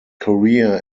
career